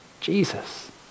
Jesus